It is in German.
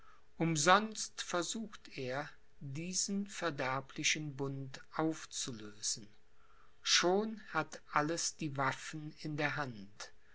umsonst versucht er diesen verderblichen bund aufzulösen schon hat alles die waffen in der hand